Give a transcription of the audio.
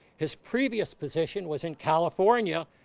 his previous position was in california,